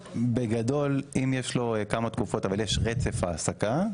--- בגדול אם יש לו כמה תקופות אבל יש רצף העסקה,